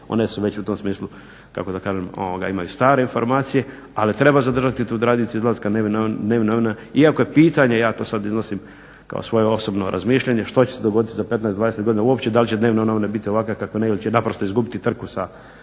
one su već u tom smislu kako da kažem imaju stare informacije ali treba zadržati tu tradiciju izlaska dnevnih novina iako je pitanje ja to sad iznosim kao svoje osobno razmišljanje što će se dogoditi za 15, 20 godina uopće da li će dnevne novine biti ovakve kakve ne ili će naprosto izgubiti trku sa